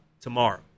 tomorrow